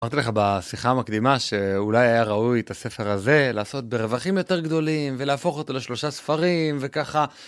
אמרתי לך בשיחה המקדימה שאולי היה ראוי את הספר הזה, לעשות ברווחים יותר גדולים ולהפוך אותו לשלושה ספרים וככה...